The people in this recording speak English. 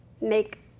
make